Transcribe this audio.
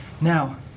now